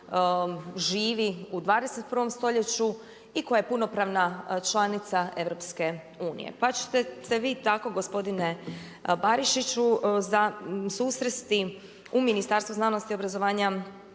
živi u 21. stoljeću i koja je punopravna članica EU. Pa ćete se vi tako gospodine Barišiću susresti u Ministarstvu znanosti i obrazovanja